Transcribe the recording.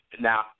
Now